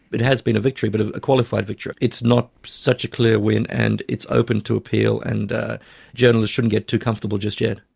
it has been a victory but ah a qualified victory, it's not such a clear win and it's open to appeal, and journalists shouldn't get too comfortable just yet.